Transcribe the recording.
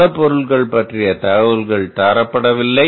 பல பொருட்கள் பற்றிய தகவல்கள் வழங்கப்படவில்லை